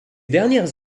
dernières